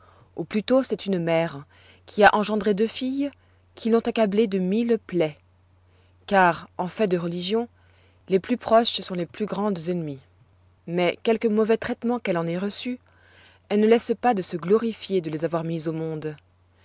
ou plutôt c'est une mère qui a engendré deux filles qui l'ont accablée de mille plaies car en fait de religion les plus proches sont les plus grandes ennemies mais quelque mauvais traitements qu'elle en ait reçus elle ne laisse pas de se glorifier de les avoir mises au monde